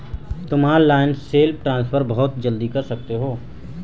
तुम online self transfer बहुत जल्दी कर सकते हो